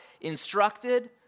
instructed